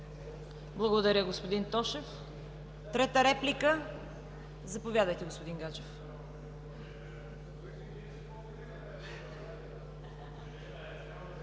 Благодаря, господин Тошев. Трета реплика? Заповядайте, господин Гаджев.